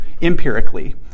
empirically